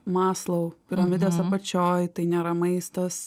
maslou piramidės apačioj tai nėra maistas